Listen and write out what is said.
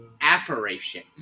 apparition